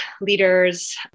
leaders